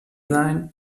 sein